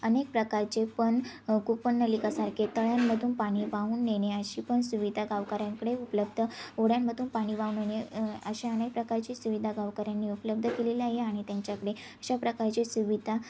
अनेक प्रकारचे पण कुपननलिकासारखे तळ्यांमधून पाणी वाहून नेने अशी पण सुविधा गावकऱ्यांकडे उपलब्ध होड्यांमधून पाणी वाहवून नेणे अशा अनेक प्रकारची सुविधा गावकऱ्यांनी उपलब्ध केलेली आहे आणि त्यांच्याकडे अशा प्रकारची सुविधा